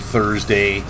Thursday